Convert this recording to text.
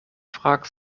fragst